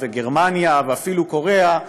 גרמניה ואפילו קוריאה,